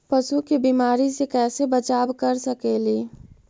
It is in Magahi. पशु के बीमारी से कैसे बचाब कर सेकेली?